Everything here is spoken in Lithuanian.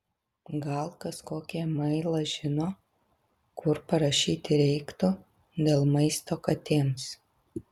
gal kas kokį e mailą žino kur parašyti reiktų dėl maisto katėms